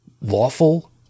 lawful